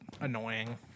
annoying